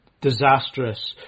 disastrous